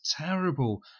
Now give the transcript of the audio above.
terrible